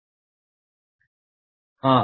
हाँ